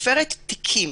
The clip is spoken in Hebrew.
סופרת תיקים,